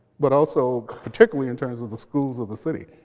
but also particularly in terms of the schools of the city.